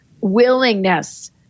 willingness